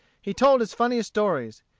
he told his funniest stories.